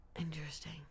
Interesting